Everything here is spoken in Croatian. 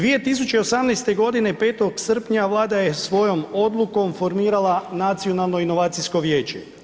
2018. godine, 5. srpnja Vlada je svojom odlukom formirala Nacionalno inovacijsko vijeće.